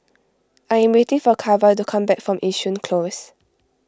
I am waiting for Cara to come back from Yishun Close